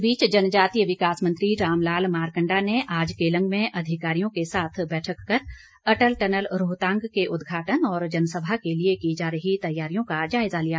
इस बीच जनजातीय विकास मंत्री रामलाल मारकंडा ने आज केलंग में अधिकारियों के साथ बैठक कर अटल टनल रोहतांग के उद्घाटन और जनसभा के लिए की जा रही तैयारियों का जायजा लिया